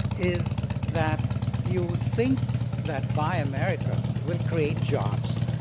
is that you think that buy america will create jobs